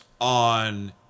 on